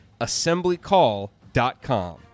assemblycall.com